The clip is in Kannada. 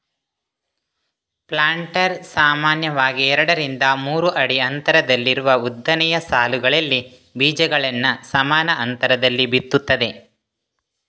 ಪ್ಲಾಂಟರ್ ಸಾಮಾನ್ಯವಾಗಿ ಎರಡರಿಂದ ಮೂರು ಅಡಿ ಅಂತರದಲ್ಲಿರುವ ಉದ್ದನೆಯ ಸಾಲುಗಳಲ್ಲಿ ಬೀಜಗಳನ್ನ ಸಮಾನ ಅಂತರದಲ್ಲಿ ಬಿತ್ತುತ್ತದೆ